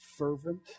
Fervent